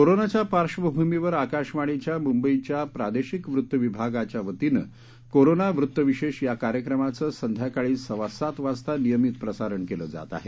कोरोनाच्या पार्श्वभूमीवर आकाशवाणीच्या मुंबईच्या प्रादेशिक वृत्तविभागाच्या वतीनं कोरोना वृत्तविशेष या कार्यक्रमाचं संध्याकाळी सव्वा सात वाजता नियमित प्रसारण केलं जात आहे